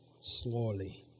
slowly